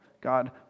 God